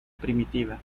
primitiva